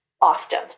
often